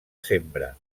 sembra